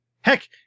Heck